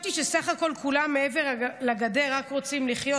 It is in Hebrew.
חשבתי שסך הכול כולם מעבר לגדר רק רוצים לחיות,